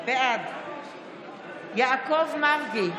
בעד יעקב מרגי,